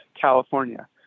California